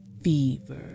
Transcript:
Fever